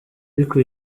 ariko